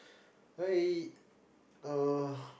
I uh